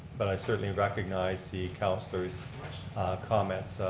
but i certainly recognize the counselor's comments.